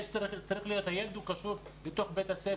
הילד קשור לבית הספר,